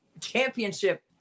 Championship